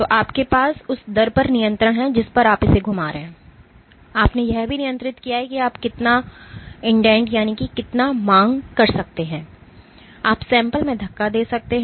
तो आपके पास उस दर पर नियंत्रण है जिस पर आप इसे घुमा रहे हैं आपने यह भी नियंत्रित किया है कि आप कितना इंडेंट मांग कर सकते हैं आप sample में धक्का दे सकते हैं